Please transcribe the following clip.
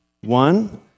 One